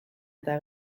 eta